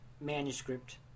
manuscript